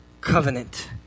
covenant